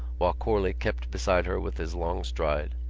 while corley kept beside her with his long stride.